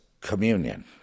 communion